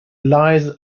lies